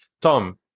Tom